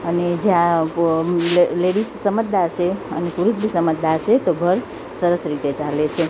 અને જ્યાં લેડિસ સમજદાર છે અને પુરુષ બી સમજદાર છે તો ઘર સરસ રીતે ચાલે છે